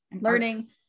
learning